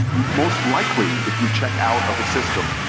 most likely, if you check out of the system,